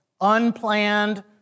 unplanned